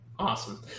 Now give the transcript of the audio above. Awesome